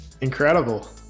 Incredible